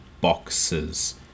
boxes